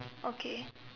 okay